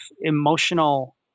emotional